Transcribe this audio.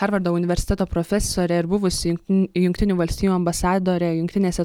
harvardo universiteto profesorė ir buvusi jungtinių jungtinių valstijų ambasadorė jungtinėse